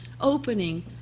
opening